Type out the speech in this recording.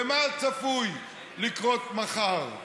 ומה עוד צפוי לקרות מחר?